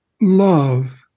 Love